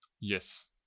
Yes